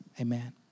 Amen